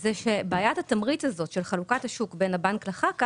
זה שבעיית התמריץ של חלוקת השוק בין הבנק לחברת